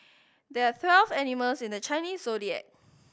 there are twelve animals in the Chinese Zodiac